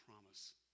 promise